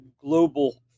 global